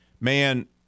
man